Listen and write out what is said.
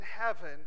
heaven